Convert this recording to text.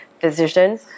decision